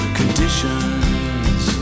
conditions